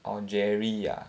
orh jerry ah